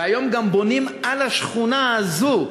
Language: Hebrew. והיום גם בונים על השכונה הזו,